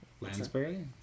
Lansbury